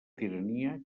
tirania